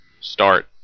start